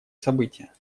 события